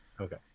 okay